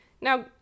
Now